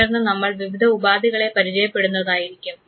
തുടർന്ന് നമ്മൾ വിവിധ ഉപാധികളെ പരിചയപ്പെടുന്നതായിരിക്കും